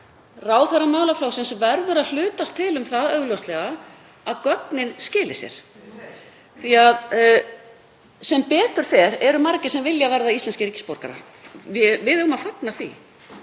Ráðherra málaflokksins verður að hlutast til um það, augljóslega, að gögnin skili sér. Sem betur fer eru margir sem vilja verða íslenskir ríkisborgarar. Við eigum að fagna því.